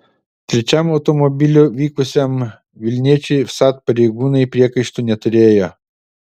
trečiam automobiliu vykusiam vilniečiui vsat pareigūnai priekaištų neturėjo